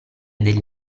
degli